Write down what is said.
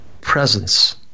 presence